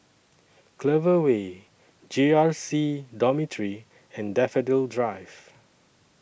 Clover Way J R C Dormitory and Daffodil Drive